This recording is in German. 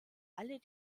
alle